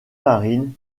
marine